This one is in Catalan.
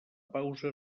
pausa